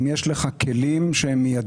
אם יש לך כלים מיידיים.